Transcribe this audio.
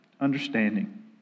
understanding